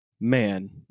man